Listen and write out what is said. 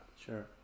Sure